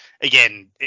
again